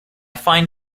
find